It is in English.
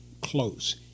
close